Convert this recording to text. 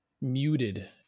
muted